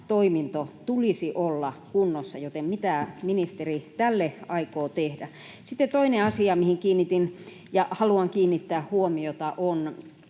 toiminnon tulisi olla kunnossa, joten mitä ministeri tälle aikoo tehdä? Sitten toinen asia, mihin kiinnitin ja haluan kiinnittää huomiota, on